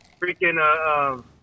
Freaking